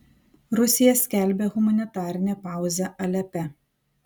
rusija skelbia humanitarinę pauzę alepe